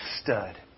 stud